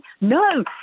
No